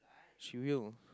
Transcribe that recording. she will